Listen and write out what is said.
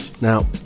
Now